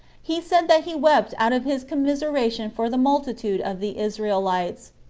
he said that he wept out of his commiseration for the multitude of the israelites,